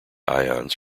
ions